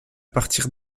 partir